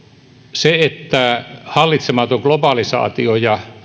se että hallitsematon globalisaatio ja